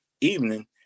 evening